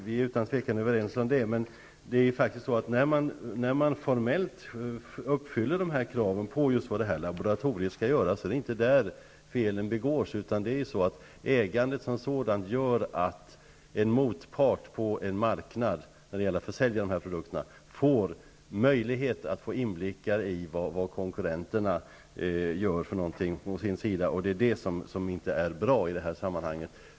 Herr talman! Vi är, herr statsråd, utan tvivel överens om den saken. När kraven på vad laboratoriet skall göra formellt uppfylls, är det inte där som felen begås. Ägandet som sådant gör att en motpart på en marknad får när det gäller att sälja produkterna möjlighet till inblick i vad konkurrenterna gör, och det är det som inte är bra i sammanhanget.